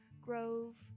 grove